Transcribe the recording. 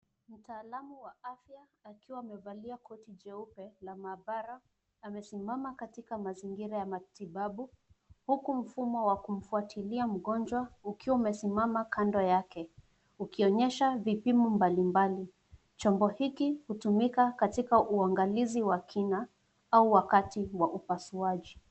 Mtaalamu wa afya akiwa amevalia koti jeupe la maabara amesimama katika mazingira ya matibabu, huku mfumo wa kumfuatilia mgonjwa ukiwa umesimama kando yake ukionyesha vipimo mbalimbali. Chombo hiki hutumika katika uangalizi wa kina au wakati wa upasuaji.